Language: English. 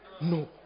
no